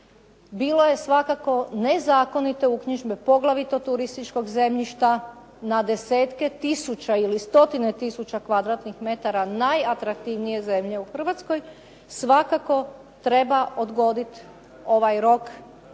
bilo je svakako nezakonito uknjižbe poglavito turističkog zemljišta na desetke tisuća ili stotine tisuća kvadratnih metara najatraktivnije zemlje u Hrvatskoj, svakako treba odgoditi ovaj rok odgode